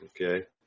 okay